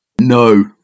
No